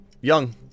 Young